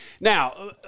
Now